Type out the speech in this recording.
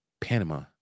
Panama